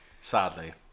Sadly